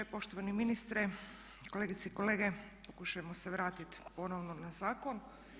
Poštovani ministre, kolegice i kolege pokušajmo se vratiti ponovno na zakon.